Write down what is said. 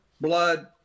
blood